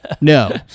No